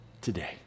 today